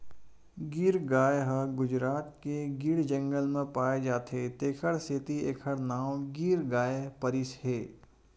गीर गाय ह गुजरात के गीर जंगल म पाए जाथे तेखर सेती एखर नांव गीर गाय परिस हे